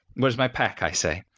where is my pack, i say?